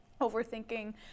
overthinking